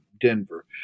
Denver